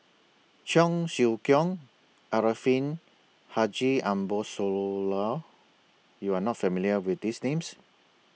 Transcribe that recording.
Cheong Siew Keong Arifin Haji Ambo Sooloh YOU Are not familiar with These Names